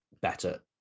better